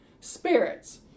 spirits